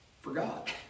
forgot